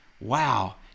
Wow